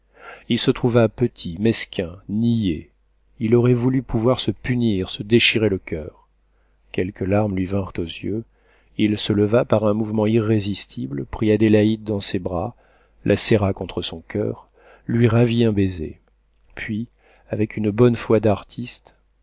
il se trouva petit mesquin niais il aurait voulu pouvoir se punir se déchirer le coeur quelques larmes lui vinrent aux yeux il se leva par un mouvement irrésistible prit adélaïde dans ses bras la serra contre son coeur lui ravit un baiser puis avec une bonne foi d'artiste